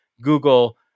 google